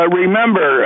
remember